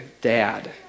dad